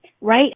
right